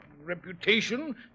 reputation